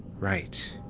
right.